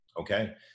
Okay